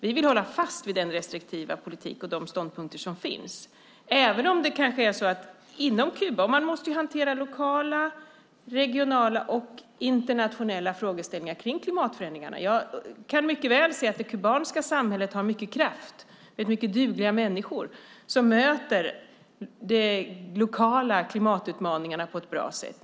Vi vill hålla fast vid den restriktiva politik och de ståndpunkter som finns. Man måste hantera lokala, regionala och internationella frågeställningar kring klimatförändringarna. Jag kan mycket väl se att det kubanska samhället har mycket kraft med mycket dugliga människor som möter de lokala klimatutmaningarna på ett bra sätt.